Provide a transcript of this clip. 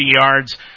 yards